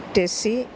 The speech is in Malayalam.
റ്റെസി